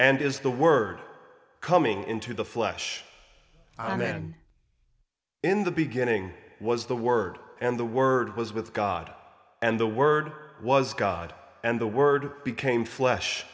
and is the word coming into the flesh and then in the beginning was the word and the word was with god and the word was god and the word became flesh